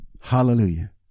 Hallelujah